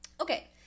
Okay